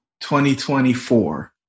2024